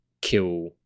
kill